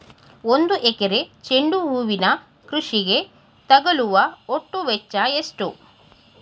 ಒಂದು ಎಕರೆ ಚೆಂಡು ಹೂವಿನ ಕೃಷಿಗೆ ತಗಲುವ ಒಟ್ಟು ವೆಚ್ಚ ಎಷ್ಟು?